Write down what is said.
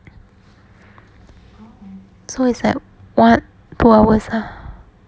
so it's like one two hours lah